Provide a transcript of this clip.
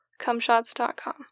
cumshots.com